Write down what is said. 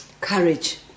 Courage